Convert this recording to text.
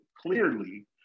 clearly